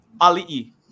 ali'i